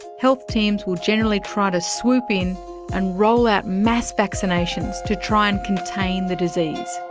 health teams will generally try to swoop in and roll out mass vaccinations to try and contain the disease.